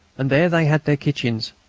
and there they had their kitchens,